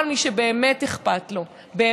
כל מי שבאמת אכפת להם,